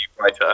writer